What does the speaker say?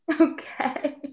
okay